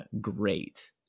great